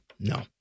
No